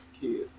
kid